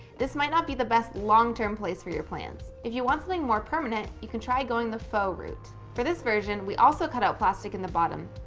this might not be the best long-term place for your plants. if you want something more permanent, you can try going the faux roots. for this version, we also cut out plastic in the bottom.